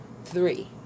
three